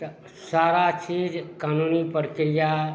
तऽ सारा चीज कानूनी परक्रिआ